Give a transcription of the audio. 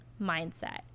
mindset